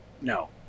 no